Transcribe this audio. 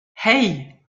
hey